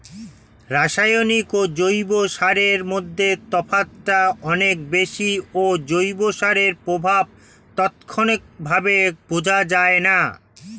রাসায়নিক ও জৈব সারের মধ্যে তফাৎটা অনেক বেশি ও জৈব সারের প্রভাব তাৎক্ষণিকভাবে বোঝা যায়না